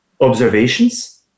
observations